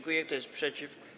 Kto jest przeciw?